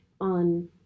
on